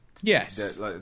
Yes